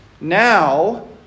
Now